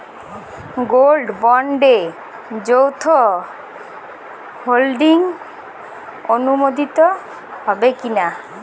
Gold বন্ডে যৌথ holding অনুমোদিত হবে কিনা?